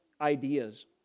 ideas